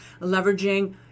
leveraging